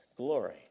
Glory